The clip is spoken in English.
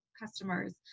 customers